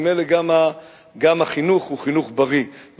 ממילא גם החינוך הוא חינוך בריא,